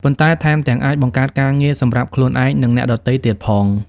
ប៉ុន្តែថែមទាំងអាចបង្កើតការងារសម្រាប់ខ្លួនឯង និងអ្នកដទៃទៀតផង។